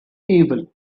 evil